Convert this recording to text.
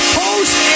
post